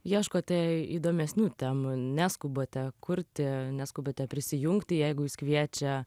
ieškote įdomesnių temų neskubate kurti neskubate prisijungti jeigu jus kviečia